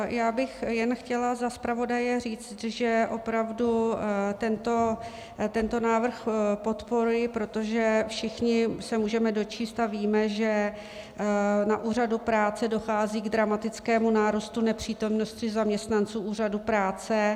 Já bych jen chtěla za zpravodaje říct, že opravdu tento návrh podporuji, protože všichni se můžeme dočíst a víme, že na úřadu práce dochází k dramatickému nárůstu nepřítomnosti zaměstnanců úřadu práce.